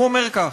הוא אומר כך: